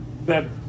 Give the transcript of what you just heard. better